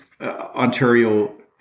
Ontario